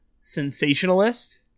sensationalist